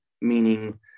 meaning